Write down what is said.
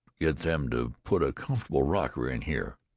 get them to put a comfortable rocker in here.